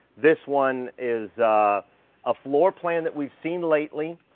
this one is a, a floor plan that we've seen lately.